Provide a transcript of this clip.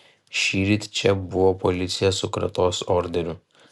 šįryt čia buvo policija su kratos orderiu